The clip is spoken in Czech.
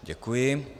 Děkuji.